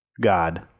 god